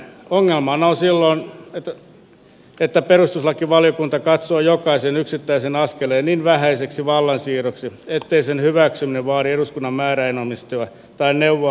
ongelmana on silloin että perustuslakivaliokunta katsoo jokaisen yksittäisen askeleen niin vähäiseksi vallansiirroksi ettei sen hyväksyminen vaadi eduskunnan määräenemmistöä tai neuvoa antavaa kansanäänestystä